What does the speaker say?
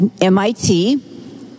MIT